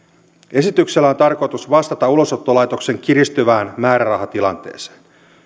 esityksellä on tarkoitus vastata ulosottolaitoksen kiristyvään määrärahatilanteeseen